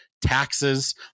taxes